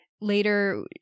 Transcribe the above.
later